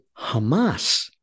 Hamas